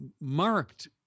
marked